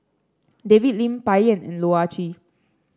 David Lim Bai Yan and Loh Ah Chee